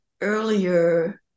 earlier